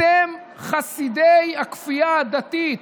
אתם חסידי הכפייה הדתית,